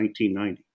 1990